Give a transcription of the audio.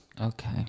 Okay